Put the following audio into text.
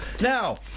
Now